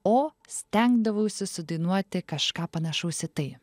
o stengdavausi sudainuoti kažką panašaus į tai